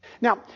Now